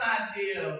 idea